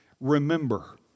Remember